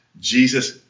Jesus